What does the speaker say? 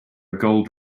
gold